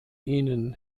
ihnen